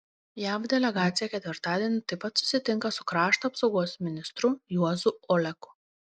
jav delegacija ketvirtadienį taip pat susitinka su krašto apsaugos ministru juozu oleku